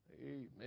amen